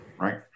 Right